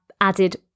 added